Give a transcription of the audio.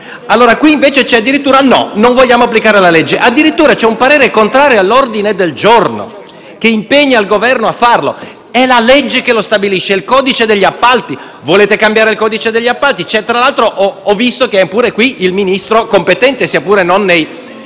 l'ha costruita. Addirittura non si vuole applicare la legge. Addirittura c'è un parere contrario all'ordine del giorno che impegna il Governo a farlo e la legge che lo stabilisce è il codice degli appalti. Volete cambiare il codice degli appalti? Tra l'altro è presente anche il Ministro competente, sia pure non nei